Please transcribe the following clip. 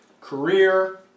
career